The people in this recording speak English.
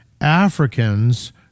Africans